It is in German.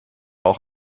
auch